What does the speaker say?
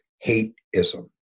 hate-ism